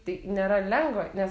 tai nėra lengva nes